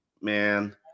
man